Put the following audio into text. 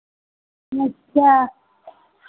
अच्छा